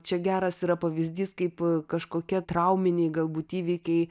čia geras yra pavyzdys kaip kažkokie trauminiai galbūt įvykiai